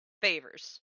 Favors